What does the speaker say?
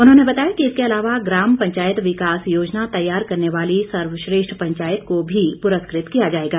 उन्होंने बताया कि इसके अलावा ग्राम पंचायत विकास योजना तैयार करने वाली सर्वश्रेष्ठ पंचायत को भी पुरस्कृत किया जाएगा